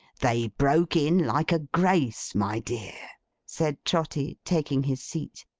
they broke in like a grace, my dear said trotty, taking his seat.